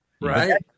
Right